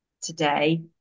today